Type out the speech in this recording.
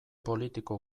politiko